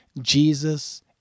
Jesus